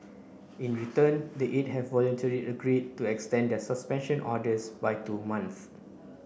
in return the eight have voluntarily agreed to extend their suspension orders by two months